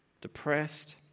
depressed